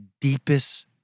deepest